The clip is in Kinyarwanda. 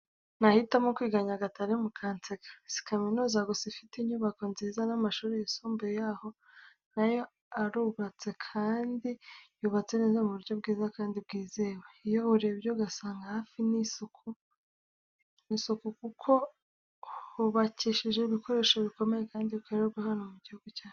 Nahitamo kwigira Nyagatare mukanseka, si kaminuza gusa ifite inyubako nziza n'amashuri yisumbuye yaho na yo arubatse kandi yubatse neza mu buryo bwiza kandi bwizewe. Iyo urebye usanga hafite n'isuku kuko hubakishije ibikoresho bikomeye kandi bikorerwa hano mu gihugu cyacu.